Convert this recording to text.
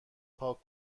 پاک